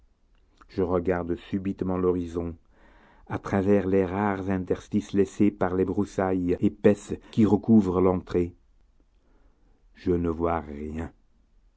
je regarde subitement l'horizon à travers les rares interstices laissés par les broussailles épaisses qui recouvrent l'entrée je ne vois rien